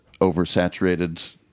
Oversaturated